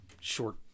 short